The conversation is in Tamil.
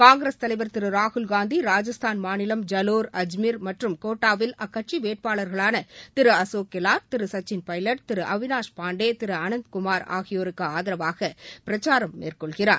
காங்கிரஸ் தலைவர் திரு ராகுல் காந்தி ராஜஸ்தான் மாநிலம் ஜலோர் அஜ்மீர் மற்றும் கோட்டாவில் அக்கட்சி வேட்பாளர்களான திரு அசோக் கெலாட் திரு சக்சின் பைலட் திரு அவிநாஷ் பாண்டே திரு அனந்த்குமார் ஆகியோருக்கு ஆதரவாக பிரச்சாரம் மேற்கொள்கிறார்